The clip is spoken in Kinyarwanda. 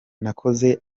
nakoze